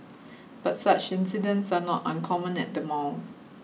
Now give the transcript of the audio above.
but such incidents are not uncommon at the mall